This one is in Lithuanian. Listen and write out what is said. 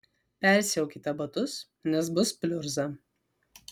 persiaukite batus nes bus pliurza